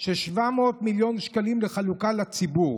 של 700 מיליון שקלים לחלוקה לציבור,